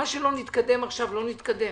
מה שלא נתקדם עכשיו, לא נתקדם.